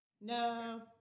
No